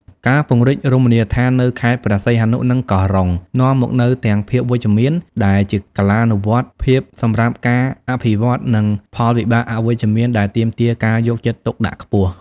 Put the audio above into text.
ការពង្រីករមណីយដ្ឋាននៅខេត្តព្រះសីហនុ និងកោះរ៉ុង នាំមកនូវទាំង ភាពវិជ្ជមាន ដែលជាកាលានុវត្តភាពសម្រាប់ការអភិវឌ្ឍ និង ផលវិបាកអវិជ្ជមាន ដែលទាមទារការយកចិត្តទុកដាក់ខ្ពស់។